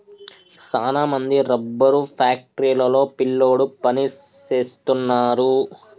సాన మంది రబ్బరు ఫ్యాక్టరీ లో పిల్లోడు పని సేస్తున్నారు